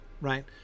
Right